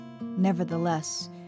Nevertheless